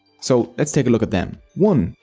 so let's take a look at them. one.